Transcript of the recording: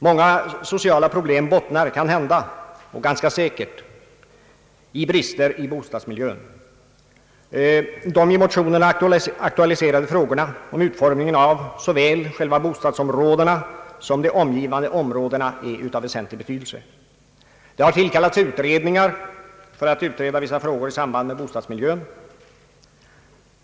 Många sociala problem bottnar ganska säkert i brister i bostadsmiljön. De i motionerna aktualiserade frågorna om utformningen av såväl själva bostadsområdena som kringliggande områden är av väsentlig betydelse. Utredningar har tillkallats för att utreda vissa frågor som har samband med bostadsmiljön.